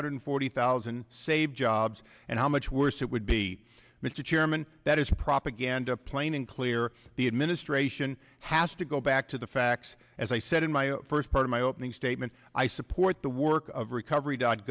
hundred forty thousand saved jobs and how much worse it would be mr chairman that is propaganda plain and clear the administration has to go back to the facts as i said in my first part of my opening statement i support the work of recovery dot